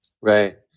Right